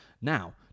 Now